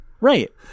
Right